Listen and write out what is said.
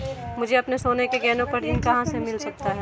मुझे अपने सोने के गहनों पर ऋण कहाँ से मिल सकता है?